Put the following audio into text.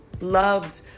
loved